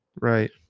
Right